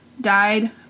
died